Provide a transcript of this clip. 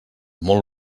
molt